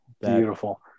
beautiful